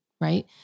Right